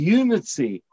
unity